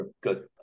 Good